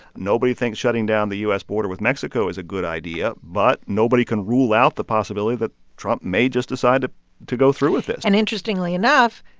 nobody thinks shutting down the u s. border with mexico is a good idea. but nobody can rule out the possibility that trump may just decide to to go through with this and interestingly enough,